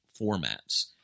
formats